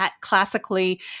classically